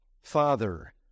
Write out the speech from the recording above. Father